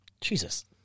Jesus